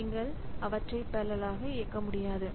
அவற்றை நீங்கள் பெரலல்லாக இயக்க முடியாது